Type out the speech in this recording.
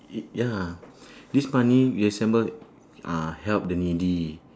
it ya lah this money resemble ah help the needy